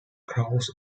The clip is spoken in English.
crows